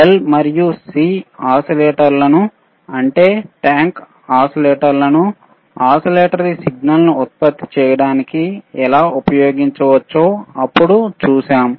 L మరియు C ఓసిలేటర్లను అంటే ట్యాంక్ ఓసిలేటర్లను ఓసిలేటరీ సిగ్నల్ ను ఉత్పత్తి చేయడానికి ఎలా ఉపయోగించవచ్చో అప్పుడు చూశాము